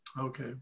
Okay